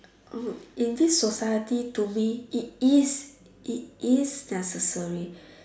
oh in this society to me it it is it is necessary